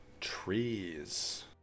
Trees